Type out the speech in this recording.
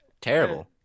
terrible